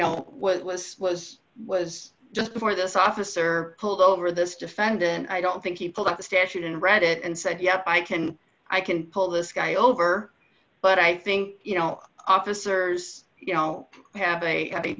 know was was was was just before this officer pulled over this defendant i don't think he pulled out the statute and read it and said yeah i can i can pull this guy over but i think you know officers you know have a i